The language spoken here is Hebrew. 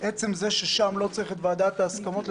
עצם זה ששם לא צריך את ועדת ההסכמות,